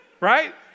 right